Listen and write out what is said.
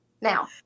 now